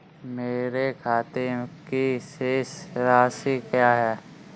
मेरे खाते की शेष राशि क्या है?